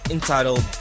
Entitled